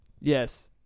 Yes